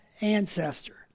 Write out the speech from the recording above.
ancestor